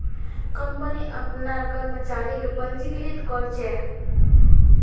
company अपनार कर्मचारीक पंजीकृत कर छे